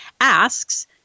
asks